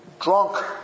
drunk